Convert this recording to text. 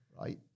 right